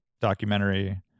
documentary